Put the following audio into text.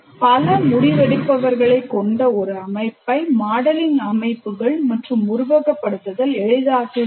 பல முடிவெடுப்பவர்களைக் கொண்ட ஒரு அமைப்பை மாடலிங் அமைப்புகள் மற்றும் உருவகப்படுத்துதல் எளிதாக்குகிறது